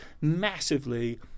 massively